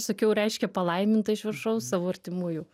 sakiau reiškia palaiminta iš viršaus savo artimųjų